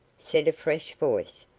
said a fresh voice,